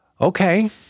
okay